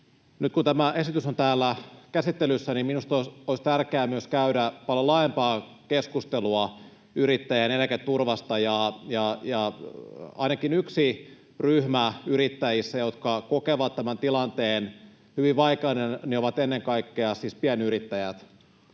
Nyt kun tämä esitys on täällä käsittelyssä, niin minusta olisi tärkeää myös käydä paljon laajempaa keskustelua yrittäjien eläketurvasta. Ainakin yksi ryhmä yrittäjissä, jotka kokevat tämän tilanteen hyvin vaikeana, on ennen kaikkea siis pienyrittäjät.